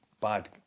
bad